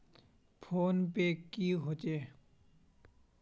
Phone पै की होचे?